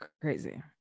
crazy